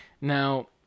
Now